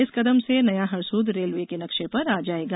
इस कदम से नया हरसूद रेलवे के नक्शे पर आ जायेगा